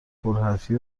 پرحرفی